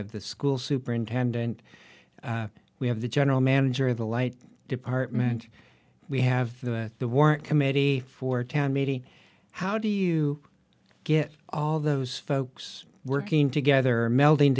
have the school superintendent we have the general manager of the light department we have the warrant committee for town meeting how do you get all those folks working together melding